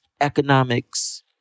economics